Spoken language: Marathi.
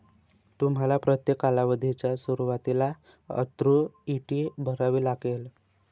तुम्हाला प्रत्येक कालावधीच्या सुरुवातीला अन्नुईटी भरावी लागेल